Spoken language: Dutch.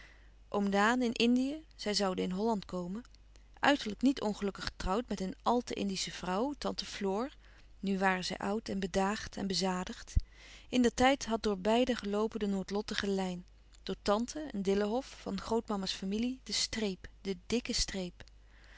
oom daan in indië zij zouden in holland komen uiterlijk niet ongelukkig getrouwd met een àl te indische vrouw tante floor nu waren zij oud en bedaagd en bezadigd in der tijd had door beiden geloopen de noodlottige lijn door tante een dillenhof van grootmama's familie de streep de dikke streep